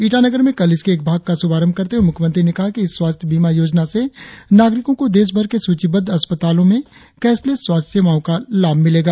ईटानगर में कल इसके एक भाग का शुभारंभ करते हुए मुख्यमंत्री ने कहा है कि इस स्वास्थ्य बीमा योजना से नागरिकों को देश भर के सूचीबद्ध अस्पतालों कैसलैस स्वास्थ्य सेवाओं का लाभ मिलेगा